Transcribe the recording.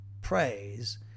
praise